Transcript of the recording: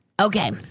Okay